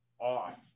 off